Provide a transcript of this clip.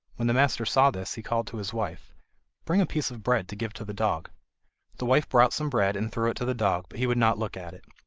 when the master saw this, he called to his wife bring a piece of bread to give to the dog the wife brought some bread and threw it to the dog, but he would not look at it.